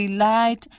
light